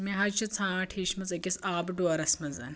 مےٚ حظ چھِ ژھانٹ ہیچھمٕژ أکِس آبہٕ ڈورَس منٛزَ